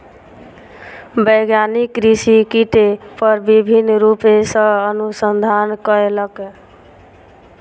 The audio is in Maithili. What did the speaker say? वैज्ञानिक कृषि कीट पर विभिन्न रूप सॅ अनुसंधान कयलक